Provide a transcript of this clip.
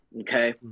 okay